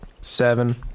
Seven